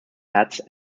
heads